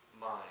Mind